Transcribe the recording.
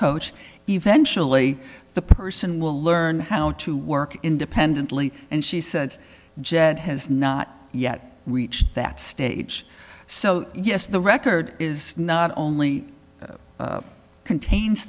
coach eventually the person will learn how to work independently and she says jed has not yet reached that stage so yes the record is not only contains